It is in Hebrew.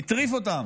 הטריף אותם.